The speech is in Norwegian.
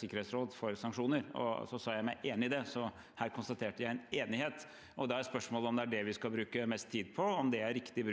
sikkerhetsråd for sanksjoner. Jeg sa meg enig i det, så her konstaterte jeg en enighet. Da er spørsmålet om det er det vi skal bruke mest tid på, om det er riktig bruk